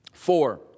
Four